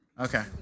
Okay